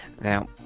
Now